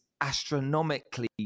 astronomically